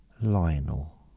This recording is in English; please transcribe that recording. Lionel